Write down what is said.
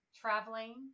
traveling